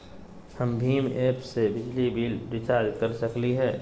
हम भीम ऐप से बिजली बिल रिचार्ज कर सकली हई?